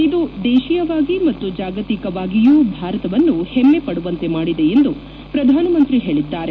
ಇದು ದೇಶಿಯವಾಗಿ ಮತ್ತು ಜಾಗತಿಕವಾಗಿಯೂ ಭಾರತವನ್ನು ಹೆಮ್ಮೆ ಪಡುವಂತೆ ಮಾಡಿದೆ ಎಂದು ಪ್ರಧಾನಮಂತ್ರಿ ಹೇಳಿದ್ದಾರೆ